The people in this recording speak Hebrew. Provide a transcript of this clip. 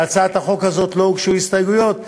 להצעת החוק הזאת לא הוגשו הסתייגויות.